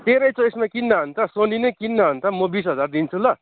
तेरै चोइसमा किन न अन्त सोनी नै किन न अन्त म बिस हजार दिन्छु ल